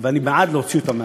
ואני בעד להוציא אותם מהארץ,